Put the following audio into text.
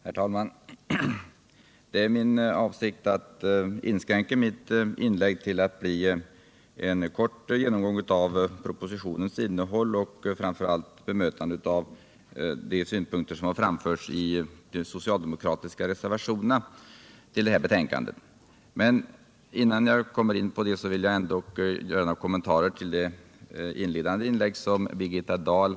Herr talman! Jag hade för avsikt att inskränka mitt inlägg till en kort genomgång av propositionens innehåll och framför allt till ett bemötande av de synpunkter som har framförts i de socialdemokratiska reservationerna vid betänkandet. Men först vill jag göra några kommentarer till det inledande inlägget av Birgitta Dahl.